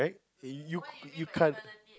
right you you can't